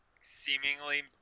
seemingly